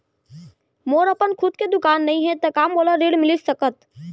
मोर अपन खुद के दुकान नई हे त का मोला ऋण मिलिस सकत?